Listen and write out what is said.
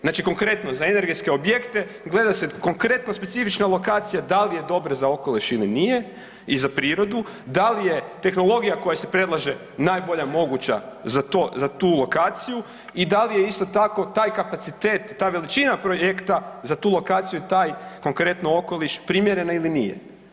Znači konkretno za energetske objekte gleda se konkretno specifična lokacija da li je dobra za okoliš ili nije i za prirodu, da li je tehnologija koja se predlaže najbolja moguća za tu lokaciju i da li je isto tako taj kapacitet, ta veličina projekta za tu lokaciju taj konkretno okoliš primjerena ili nije.